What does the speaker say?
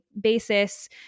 basis